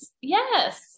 Yes